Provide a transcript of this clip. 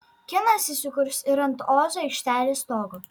kinas įsikurs ir ant ozo aikštelės stogo